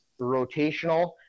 rotational